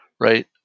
right